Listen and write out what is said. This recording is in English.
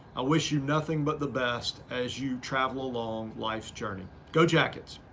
wish you nothing but the best as you travel along life's journey, go jackets.